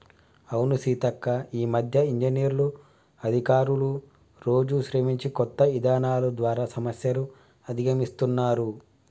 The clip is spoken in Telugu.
అవును సీతక్క ఈ మధ్య ఇంజనీర్లు అధికారులు రోజు శ్రమించి కొత్త ఇధానాలు ద్వారా సమస్యలు అధిగమిస్తున్నారు